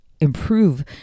improve